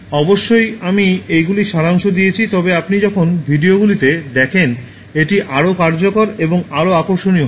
অবশ্যই আমি এইগুলির সারাংশ দিয়েছি তবে আপনি যখন ভিডিওগুলিতে দেখেন এটি আরও কার্যকর এবং আরও আকর্ষণীয় হয়